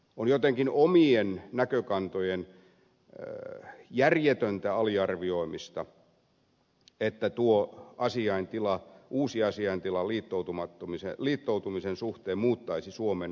on jotenkin omien näkökantojen järjetöntä aliarvioimista että tuo uusi asiaintila liittoutumisen suhteen muuttaisi suomen perusargumentaatiota